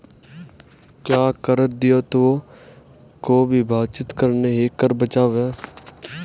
क्या कर दायित्वों को विभाजित करना ही कर बचाव है?